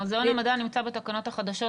מוזיאון המדע נמצא בתקנות החדשות,